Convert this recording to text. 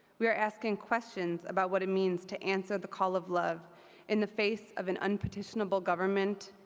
we are asking questions about what it means to answer the call of love in the face of an unpetitionable government,